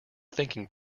thinking